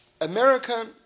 America